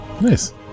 Nice